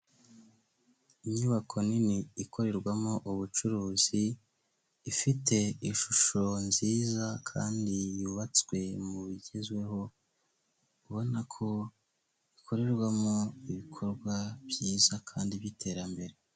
Inyubako nini ikorerwamo ubucuruzi, ifite ishusho nziza kandi yubatswe mu bigezweho, ubona ko ikorerwamo ibikorwa byiza kandi by'iterambere.